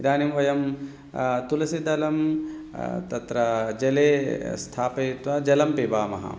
इदानीं वयं तुलसीदलं तत्र जले स्थापयित्वा जलं पिबामः